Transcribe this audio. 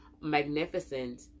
magnificent